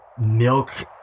milk